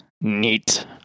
Neat